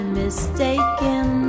mistaken